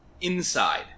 inside